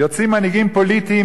יוצאים מנהיגים פוליטיים